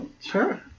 Sure